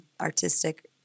artistic